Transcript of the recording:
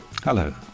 Hello